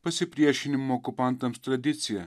pasipriešinimo okupantams tradiciją